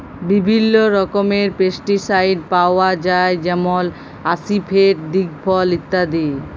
বিভিল্ল্য রকমের পেস্টিসাইড পাউয়া যায় যেমল আসিফেট, দিগফল ইত্যাদি